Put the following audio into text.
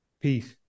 Peace